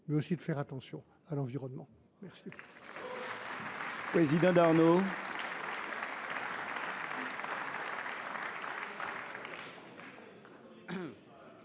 mais aussi faire attention à l’environnement. La